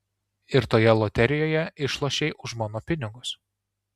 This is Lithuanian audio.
ir toje loterijoje išlošei už mano pinigus